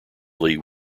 clearly